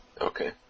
Okay